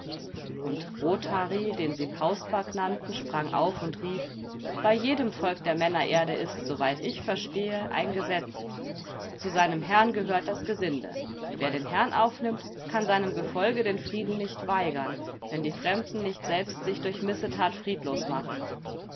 und rothari den sie pausback nannten sprang auf und rief bei jedem volk der männererde ist soweit ich verstehe ein gesetz zu seinem herrn gehört das gesinde wer den herrn aufnimmt kann seinem gefolge den frieden nicht weigern wenn die fremden nicht selbst sich durch missetat friedlos machen